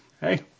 Hey